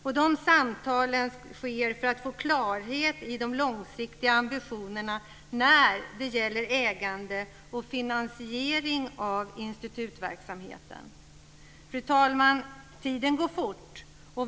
Dessa samtal sker för att få klarhet i de långsiktiga ambitionerna när det gäller ägande och finansiering av institutens verksamhet. Fru talman! Tiden går fort.